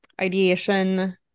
ideation